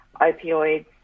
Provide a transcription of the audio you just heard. opioids